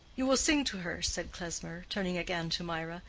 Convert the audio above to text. you will sing to her, said klesmer, turning again to mirah.